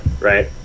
Right